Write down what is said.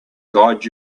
guide